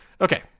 Okay